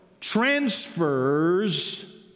transfers